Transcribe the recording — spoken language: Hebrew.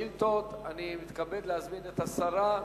אני מתכבד להזמין את השרה.